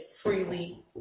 freely